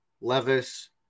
Levis